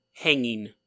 hanging